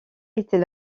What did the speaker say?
était